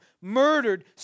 murdered